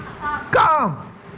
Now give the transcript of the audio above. come